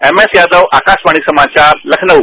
MS Yadav Akashvani समाचार लखनऊ